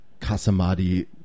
Kasamadi